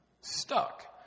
Stuck